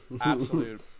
absolute